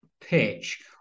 pitch